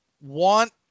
want